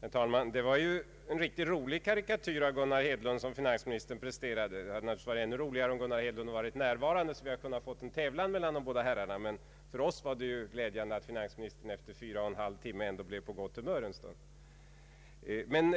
Herr talman! Det var en riktigt rolig karikatyr av Gunnar Hedlund som finansministern presenterade. Det hade naturligtvis varit ännu roligare om Gunnar Hedlund varit närvarande, så att vi kunnat få en tävlan mellan de båda herrarna. Men för oss var det ju glädjande att finansministern efter fyra och en halv timme ändå blev på gott humör en stund.